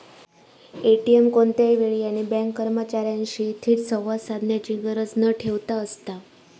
ATM कोणत्याही वेळी आणि बँक कर्मचार्यांशी थेट संवाद साधण्याची गरज न ठेवता असता